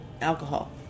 alcohol